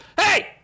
Hey